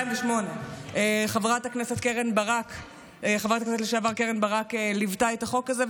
2008. 2008. חברת הכנסת לשעבר קרן ברק ליוותה את החוק הזה,